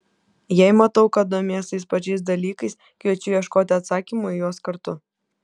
jei matau kad domimės tais pačiais dalykais kviečiu ieškoti atsakymo į juos kartu